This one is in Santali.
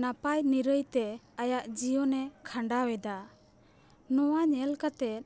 ᱱᱟᱯᱟᱭ ᱱᱤᱨᱟᱹᱨ ᱛᱮ ᱟᱭᱟᱜ ᱡᱤᱭᱚᱱᱮ ᱠᱷᱟᱸᱰᱟᱣ ᱮᱫᱟ ᱱᱚᱣᱟ ᱧᱮᱞ ᱠᱟᱛᱮᱫ